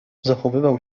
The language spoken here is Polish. zachowywał